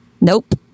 Nope